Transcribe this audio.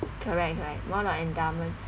correct correct one on endowment